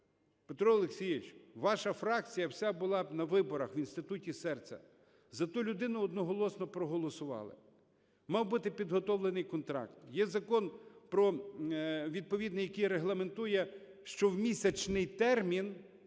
Петро Олексійович, ваша фракція вся була на виборах в Інституті серця. За ту людину одноголосно проголосували. Мав бути підготовлений контракт. Є закон про, відповідний, який регламентує, що в місячний термін